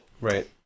Right